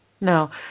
No